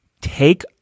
take